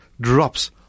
drops